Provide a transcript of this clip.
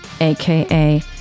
aka